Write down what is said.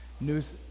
News